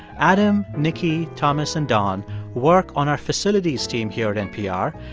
adam, nikki, thomas and dawn work on our facilities team here at npr,